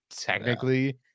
technically